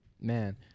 man